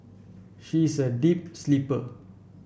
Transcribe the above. she is a deep sleeper